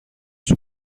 σου